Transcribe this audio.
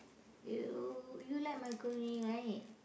you you like macaroni right